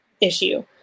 issue